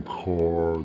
car